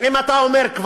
אם אתה כבר אומר.